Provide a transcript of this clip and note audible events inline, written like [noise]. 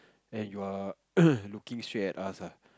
and you are [noise] looking straight at us ah